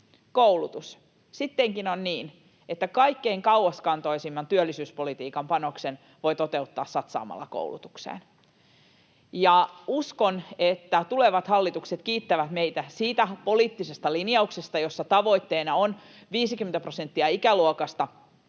koulutus. Sittenkin on niin, että kaikkein kauaskantoisimman työllisyyspolitiikan panoksen voi toteuttaa satsaamalla koulutukseen. Uskon, että tulevat hallitukset kiittävät meitä siitä poliittisesta lin-jauksesta, jossa tavoitteena on saada 50 prosenttia ikäluokasta